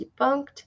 debunked